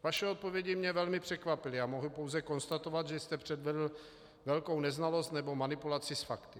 Vaše odpovědi mě velmi překvapily a mohu pouze konstatovat, že jste předvedl velkou neznalost nebo manipulaci s fakty.